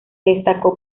destacó